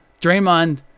Draymond